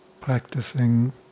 Practicing